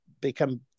become